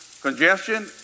congestion